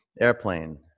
Airplane